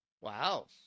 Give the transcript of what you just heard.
Wow